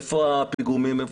איפה הפיגומים.